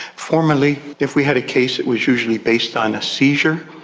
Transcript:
formerly if we had a case it was usually based on a seizure,